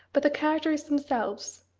but the characters themselves,